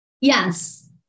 Yes